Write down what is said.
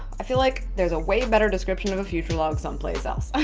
i feel like there's a way better description of a future log someplace else.